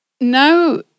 now